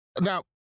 Now